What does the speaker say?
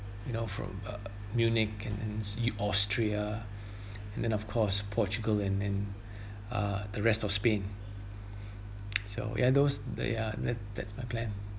you know from uh munich and then see austria and then of course portugal and then uh the rest of spain so ya those that ya that's that's my plan